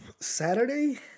Saturday